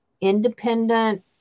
independent